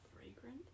Fragrant